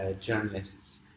journalists